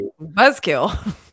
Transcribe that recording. Buzzkill